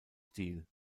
stil